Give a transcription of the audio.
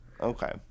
Okay